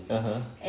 (uh huh)